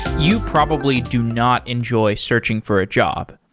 you probably do not enjoy searching for a job.